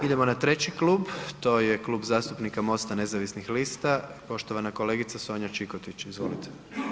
Idemo na treći klub, to je Klub zastupnika MOST-a nezavisnih lista, poštovana kolegica Sonja Čikotić, izvolite.